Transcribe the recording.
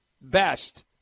Best